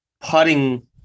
putting